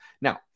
Now